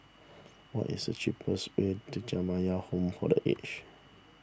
what is the cheapest way to Jamiyah Home for the aged